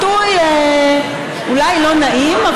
אולי ביטוי לא נעים,